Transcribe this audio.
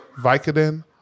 Vicodin